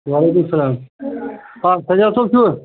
وعلیکُم اسلام آ سجاد صٲب چھُوا